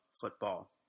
football